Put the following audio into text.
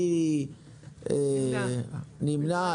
מי נמנע?